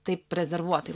taip rezervuotai